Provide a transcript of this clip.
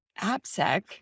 AppSec